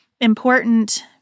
important